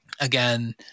again